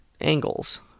angles